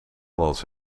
was